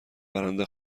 برنده